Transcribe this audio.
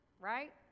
right